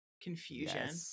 confusion